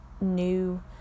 new